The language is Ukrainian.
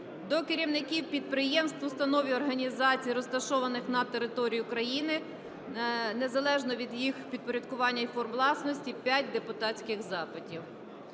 до керівників підприємств, установ та організацій, розташованих на території України, незалежно від їх підпорядкування і форм власності – 5 депутатських запитів.